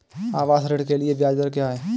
आवास ऋण के लिए ब्याज दर क्या हैं?